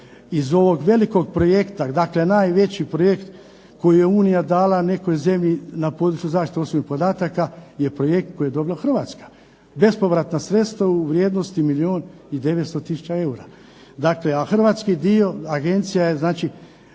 iz ovog velikog projekta, najveći projekt koji je Unija dala nekoj zemlji na području zaštite osobnih podataka, je projekt koji je dobila Hrvatska. Bespovratna sredstva u vrijednosti od milijun i 900 tisuća eura. A Hrvatska je agencija zaista